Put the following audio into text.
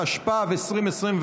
התשפ"ב 2021,